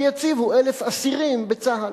שיציבו 1,000 אסירים בצה"ל,